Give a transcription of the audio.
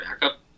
backup